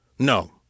No